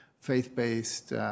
faith-based